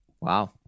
Wow